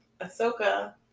Ahsoka